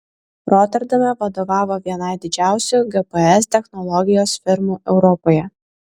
roterdame vadovavo vienai didžiausių gps technologijos firmų europoje